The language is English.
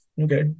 Okay